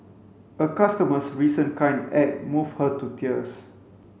a customer's recent kind act moved her to tears